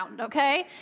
okay